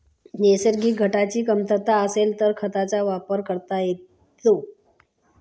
नैसर्गिक घटकांची कमतरता असेल तर खतांचा वापर करता येतो